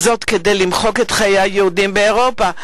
וזאת כדי למחוק את חיי היהודים באירופה.